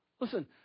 Listen